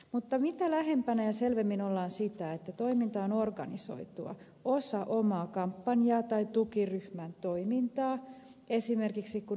mutta mitä lähempänä ja selvemmin ollaan sitä että toiminta on organisoitua osa omaa kampanjaa tai tukiryhmän toimintaa esimerkiksi kun ed